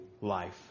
life